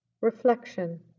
Reflection